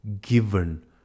given